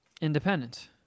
Independent